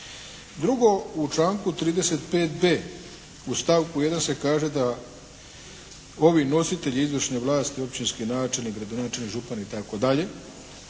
Drugo, u članku 35.b., u stavku 1. se kaže da ovi nositelji izvršne vlasti općinski načelnik, gradonačelnik, župan itd.,